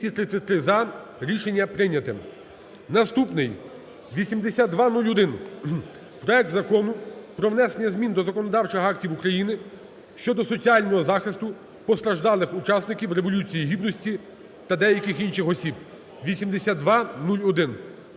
денний сесії, проект Закону про внесення змін до законодавчих актів України щодо соціального захисту постраждалих учасників Революції Гідності (8201). Прошу